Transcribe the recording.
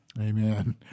Amen